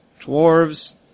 dwarves